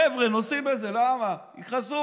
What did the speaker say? חבר'ה נוסעים בזה, יכעסו.